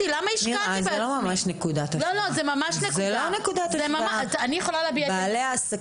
12:34) זו לא נקודת השוואה בעיניי.